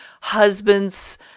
husband's